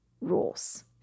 rules